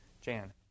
Jan